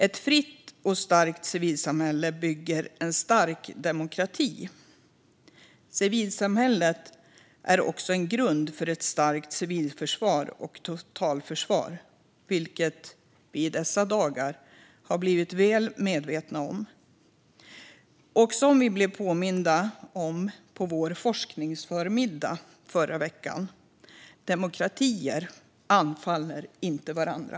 Ett fritt och starkt civilsamhälle bygger en stark demokrati. Civilsamhället är också en grund för ett starkt civilförsvar och totalförsvar, vilket vi i dessa dagar har blivit väl medvetna om. Och som vi blev påminda om på vår forskningsförmiddag förra veckan: Demokratier anfaller inte varandra.